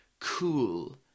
Cool